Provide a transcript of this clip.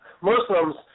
Muslims